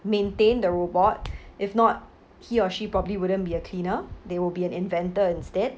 maintain the robot if not he or she probably wouldn't be a cleaner they would be an inventor instead